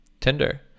Tinder